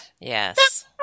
Yes